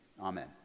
Amen